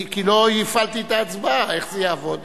כי לא הפעלתי את ההצבעה, איך זה יעבוד?